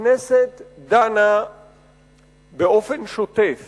שכנסת דנה באופן שוטף